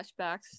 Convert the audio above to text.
flashbacks